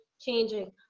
changing